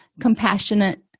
compassionate